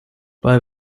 bei